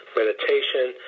meditation